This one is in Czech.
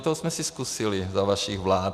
To jsme si zkusili za vašich vlád.